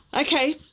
Okay